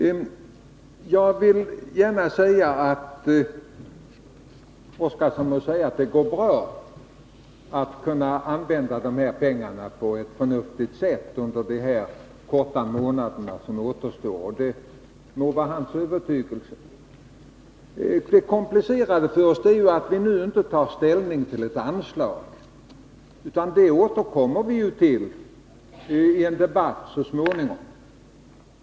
Gunnar Oskarson må gärna säga och det må vara hans övertygelse, att det går bra att använda pengarna på ett förnuftigt sätt under de få månader som återstår. Men det som komplicerar saken för oss är att vi nu inte skall ta ställning till en anslagsfråga — anslagsfrågorna skall vi ju behandla i en annan debatt så småningom.